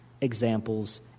examples